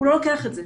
הוא לא לוקח את זה.